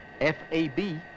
F-A-B